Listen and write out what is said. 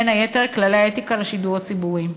בין היתר כללי האתיקה לשידור הציבורי.